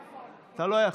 אתה לא יכול.